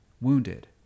wounded